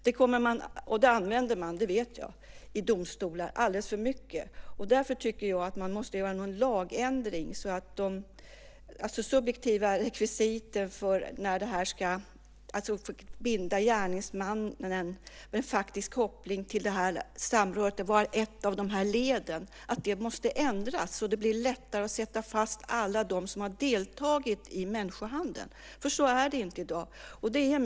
De argumenten använder man alldeles för mycket i domstolar, och det vet jag. Därför tycker jag att man måste göra någon lagändring när det gäller de subjektiva rekvisiten. Det gäller att kunna binda gärningsmannen som har en faktisk koppling till ett av leden. Det måste ändras så att det blir lättare att sätta fast alla dem som har deltagit i människohandeln. Det är inte lätt i dag.